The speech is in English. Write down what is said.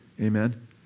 Amen